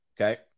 okay